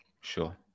Sure